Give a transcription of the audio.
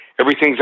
Everything's